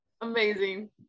Amazing